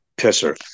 pisser